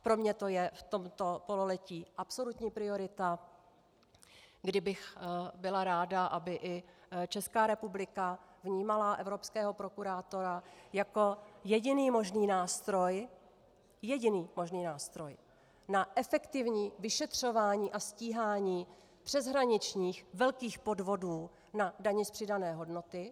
Pro mě to je v tomto pololetí absolutní priorita, kdy bych byla ráda, aby i ČR vnímala evropského prokurátora jako jediný možný nástroj jediný možný nástroj na efektivní vyšetřování a stíhání přeshraničních velkých podvodů na dani z přidané hodnoty.